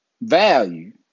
value